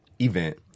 event